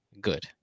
good